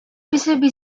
بسبب